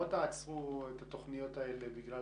לא תעצרו את התוכניות האלה בגלל